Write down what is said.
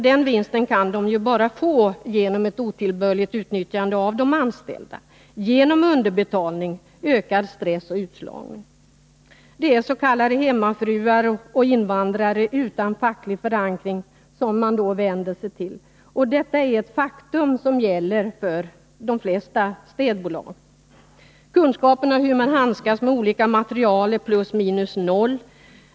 Den vinsten kan de bara få genom ett otillbörligt utnyttjande av de anställda — genom underbetalning, ökad stress och utslagning. Det är s.k. hemmafruar och invandrare utan facklig förankring som man vänder sig till. Detta är ett faktum som gäller de flesta städbolagen. Kunskapen om hur man handskas med olika material är plus minus noll.